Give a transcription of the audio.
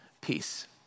Peace